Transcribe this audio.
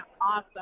awesome